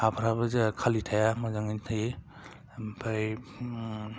हाफोराबो जोंहा खालि थाया मोजाङैनो थायो ओमफ्राय